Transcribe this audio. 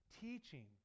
teaching